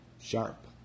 Sharp